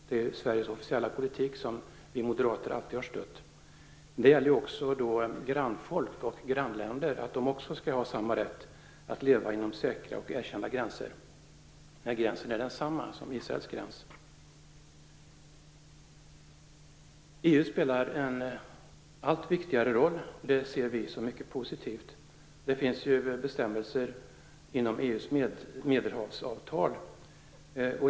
Det är Sveriges officiella politik, som vi moderater alltid har stött. Också grannfolk och grannländer skall ha samma rätt att leva inom säkra och erkända gränser när gränsen är densamma som EU:s roll blir allt viktigare, och det ser vi som mycket positivt. Det finns ju bestämmelser inom EU:s Medelhavsavtal.